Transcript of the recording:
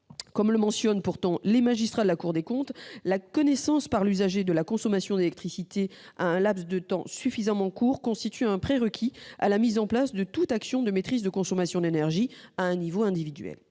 Comme le mentionnent pourtant les magistrats, « la connaissance par l'usager de sa consommation d'électricité à un [laps] de temps suffisamment court [...] constitue un prérequis à la mise en place de toute action de MDE [maîtrise de la consommation d'énergie] à un niveau individuel.